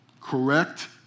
Correct